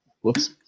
Whoops